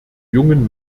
jungen